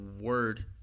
word